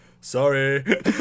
Sorry